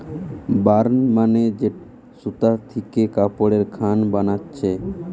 burn মানে যে সুতা থিকে কাপড়ের খান বানাচ্ছে